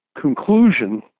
conclusion